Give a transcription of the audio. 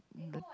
the